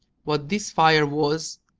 what this fire was,